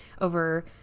over